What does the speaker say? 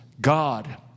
God